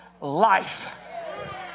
life